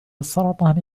السرطان